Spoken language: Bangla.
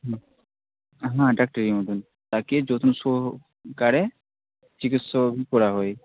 হুম হ্যাঁ ডাক্টারির মতন তাকে যত্ন সহকারে চিকিৎসা করা হয়